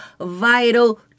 vital